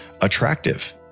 attractive